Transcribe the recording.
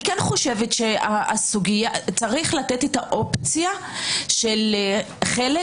אני חושבת שיש לתת את האופציה של חלק